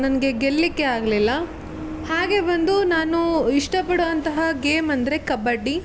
ನನಗೆ ಗೆಲ್ಲಲ್ಲಿಕ್ಕೆ ಆಗಲಿಲ್ಲ ಹಾಗೆ ಬಂದು ನಾನು ಇಷ್ಟಪಡುವಂತಹ ಗೇಮ್ ಅಂದರೆ ಕಬಡ್ಡಿ